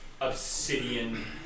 obsidian